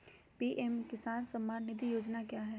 PM Kisan Samman Nidhi Yojana क्या है?